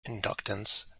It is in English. inductance